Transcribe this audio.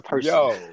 yo